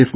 F